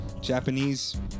Japanese